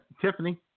Tiffany